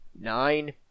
nine